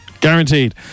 Guaranteed